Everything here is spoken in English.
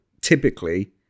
typically